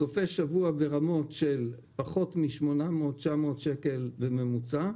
סופי שבוע ברמות של פחות מ-800 900 שקל בממוצע.